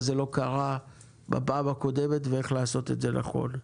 זה לא קרה בפעם הקודמת ואיך לעשות את זה נכון.